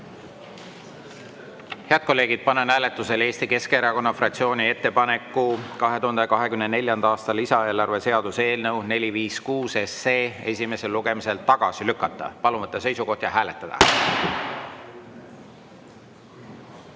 Head kolleegid, panen hääletusele Eesti Keskerakonna fraktsiooni ettepaneku 2024. aasta lisaeelarve seaduse eelnõu 456 esimesel lugemisel tagasi lükata. Palun võtta seisukoht ja hääletada!